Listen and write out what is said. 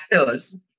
actors